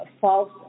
false